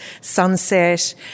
sunset